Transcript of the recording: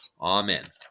Amen